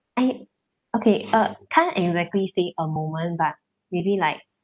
I okay uh can't exactly say a moment but maybe like